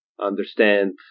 understand